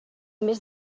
més